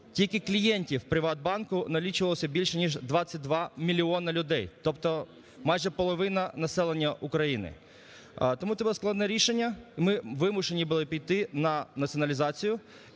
тільки клієнтів "ПриватБанку" налічувалося більше ніж 22 мільйони людей, тобто майже половина населення України. Тому це було складне рішення, і ми вимушені були піти на націоналізацію